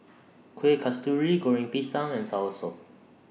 Kuih Kasturi Goreng Pisang and Soursop